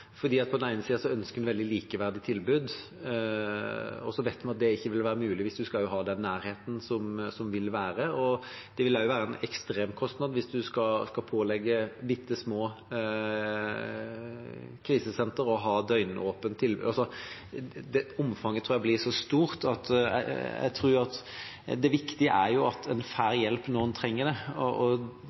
På den ene siden ønsker vi veldig likeverdige tilbud, og så vet vi at det ikke vil være mulig hvis en også skal ha den nærheten. Det vil også være en ekstrem kostnad hvis en skal pålegge bitte små krisesentre å ha døgnåpent tilbud, jeg tror omfanget blir så stort. Jeg tror det viktige er at en får hjelp når en trenger det.